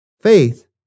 Faith